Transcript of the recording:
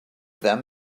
them